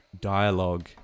dialogue